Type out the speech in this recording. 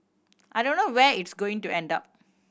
I don't know where it's going to end up